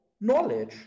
knowledge